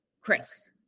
Chris